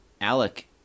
Alec